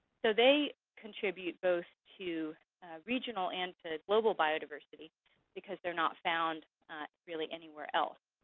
so they contribute both to regional and to global biodiversity because they're not found really anywhere else.